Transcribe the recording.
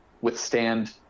withstand